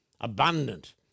abundant